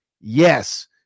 yes